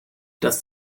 das